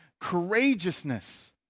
courageousness